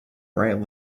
right